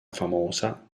famosa